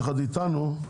יחד איתנו,